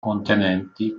contenenti